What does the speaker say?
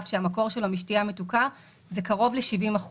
שהמקור שלו משתייה מתוקה זה קרוב ל-70%,